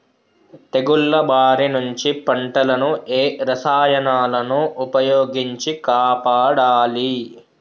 తెగుళ్ల బారి నుంచి పంటలను ఏ రసాయనాలను ఉపయోగించి కాపాడాలి?